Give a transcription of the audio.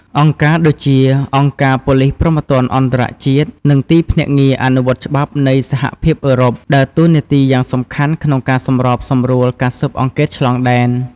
អង្គការដូចជា អង្គការប៉ូលិសព្រហ្មទណ្ឌអន្តរជាតិ និងទីភ្នាក់ងារអនុវត្តច្បាប់នៃសហភាពអឺរ៉ុប ដើរតួនាទីយ៉ាងសំខាន់ក្នុងការសម្របសម្រួលការស៊ើបអង្កេតឆ្លងដែន។